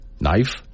knife